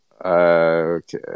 Okay